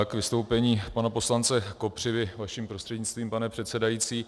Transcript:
K vystoupení pana poslance Kopřivy vaším prostřednictvím, pane předsedající.